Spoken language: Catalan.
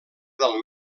del